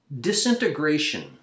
Disintegration